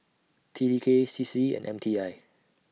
T T K C C and M T I